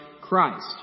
Christ